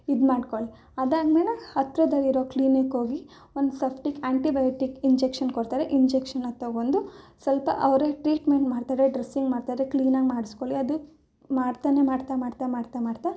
ಇದು ಮಾಡಿಕೊಳ್ಳಿ ಅದಾದ್ಮೇಲೆ ಹತ್ತಿರದಲ್ಲಿರೋ ಕ್ಲಿನಿಕ್ ಹೋಗಿ ಒಂದು ಸಪ್ಟಿಕ್ ಆ್ಯಂಟಿ ಬಯೋಟಿಕ್ ಇಂಜೆಕ್ಷನ್ ಕೊಡ್ತಾರೆ ಇಂಜೆಕ್ಷನ್ನ ತೊಗೊಂಡು ಸ್ವಲ್ಪ ಅವರೇ ಟ್ರೀಟ್ಮೆಂಟ್ ಮಾಡ್ತಾರೆ ಡ್ರಸಿಂಗ್ ಮಾಡ್ತಾರೆ ಕ್ಲೀನಾಗಿ ಮಾಡಿಸ್ಕೊಳ್ಳಿ ಅದು ಮಾಡ್ತಾನೆ ಮಾಡ್ತಾ ಮಾಡ್ತಾ ಮಾಡ್ತಾ ಮಾಡ್ತಾ